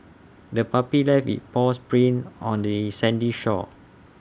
the puppy left its paws prints on the sandy shore